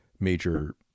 major